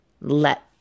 let